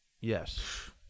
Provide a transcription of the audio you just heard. Yes